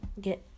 get